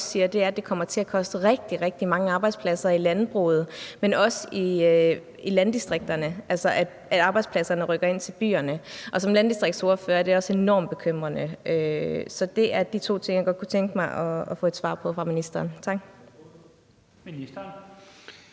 det kommer til at koste rigtig, rigtig mange arbejdspladser i landbruget, men også i landdistrikterne – altså at arbejdspladserne rykker ind til byerne. Og som landdistriktsordfører er det også enormt bekymrende. Så det er de to ting, jeg godt kunne tænke mig at få et svar på fra ministeren.